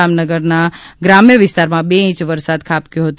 દામનગરના ગ્રામ્ય વિસ્તારમા બે ઇંચ વરસાદ ખાબકયો હતો